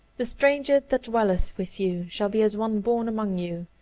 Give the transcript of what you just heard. the stranger that dwelleth with you shall be as one born among you,